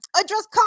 address